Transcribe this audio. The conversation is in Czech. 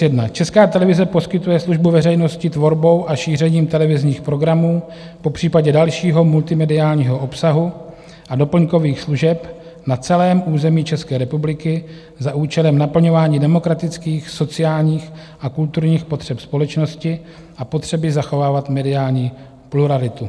1: Česká televize poskytuje službu veřejnosti tvorbou a šířením televizních programů, popřípadě dalšího multimediálního obsahu a doplňkových služeb na celém území České republiky za účelem naplňování demokratických, sociálních a kulturních potřeb společnosti a potřeby zachovávat mediální pluralitu.